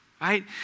right